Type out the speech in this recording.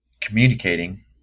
communicating